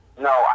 No